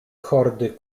hordy